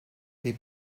they